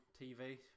TV